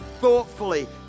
thoughtfully